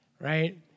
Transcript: right